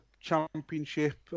championship